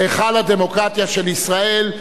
היכל הדמוקרטיה של ישראל.